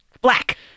black